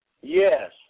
Yes